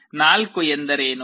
ಹಾಗಾದರೆ 4 ಎಂದರೇನು